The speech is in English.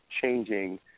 changing